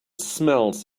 smells